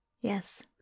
Yes